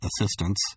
assistance